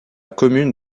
commune